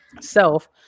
self